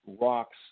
rocks